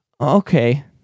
Okay